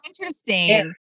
interesting